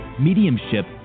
mediumship